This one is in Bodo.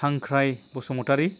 हांख्राय बसुमतारी